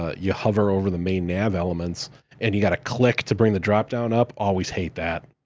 ah you hover over the main nav elements and you gotta click to bring the dropdown up. always hate that.